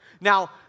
Now